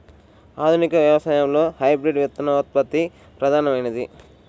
ఆధునిక వ్యవసాయంలో హైబ్రిడ్ విత్తనోత్పత్తి ప్రధానమైనది